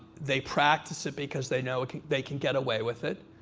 they practice it because they know they can get away with it,